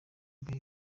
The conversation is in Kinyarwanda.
bihe